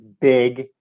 big